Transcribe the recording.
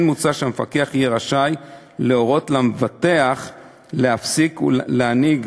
כן מוצע שהמפקח יהיה רשאי להורות למבטח להפסיק להנהיג